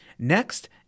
Next